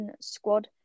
squad